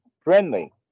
friendly